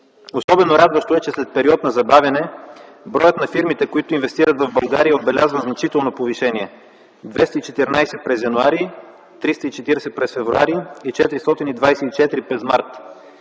Особено радващо е, че след период на забавяне броят на фирмите, които инвестират в България, отбелязва значително повишение – 214 през м. януари, 340 през м. февруари и 424 през м.